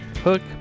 hook